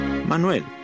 Manuel